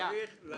יש פה